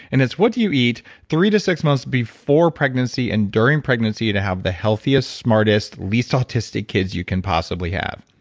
and it's what do you eat three to six months before pregnancy and during pregnancy to have the healthiest, smartest, least autistic kids you can possibly have?